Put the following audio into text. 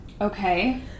Okay